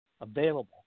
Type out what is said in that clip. available